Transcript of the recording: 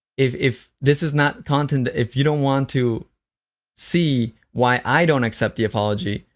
if if this is not content if you don't want to see why i don't accept the apology,